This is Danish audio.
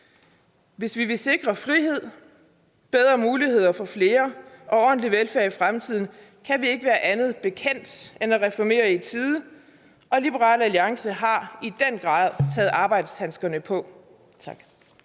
Hvis vi vil sikre frihed, bedre muligheder for flere og ordentlig velfærd i fremtiden, kan vi ikke være andet bekendt end at reformere i tide, og Liberal Alliance har i den grad taget arbejdshandskerne på.